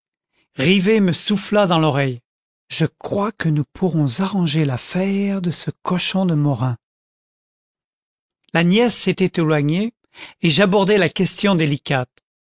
rivet me souffla dans l'oreille je crois que nous pourrons arranger l'affaire de ce cochon de morin la nièce s'était éloignée et j'abordai la question délicate